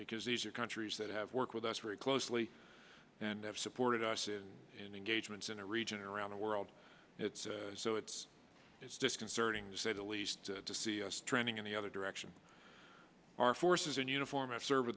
because these are countries that have worked with us very closely and have supported us in in engagements in a region around the world it's so it's it's disconcerting to say the least to see us trending in the other direction our forces in uniform and serve